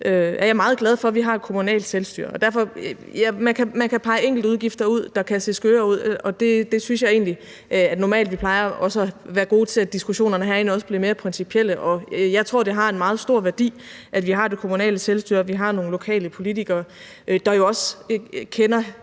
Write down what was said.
er jeg meget glad for, at vi har et kommunalt selvstyre. Ja, man kan pege enkelte udgifter ud, der kan se skøre ud, og jeg synes egentlig, at vi normalt plejer at være gode til, at diskussionerne herinde også bliver mere principielle. Og jeg tror, det har en meget stor værdi, at vi har det kommunale selvstyre, at vi har nogle lokale politikere, der jo også kender